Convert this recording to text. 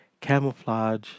camouflage